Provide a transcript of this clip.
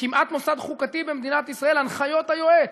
כמעט מוסד חוקתי במדינת ישראל: הנחיות היועץ.